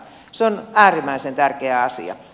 se on äärimmäisen tärkeä asia